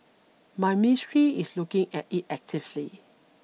my Ministry is looking at it actively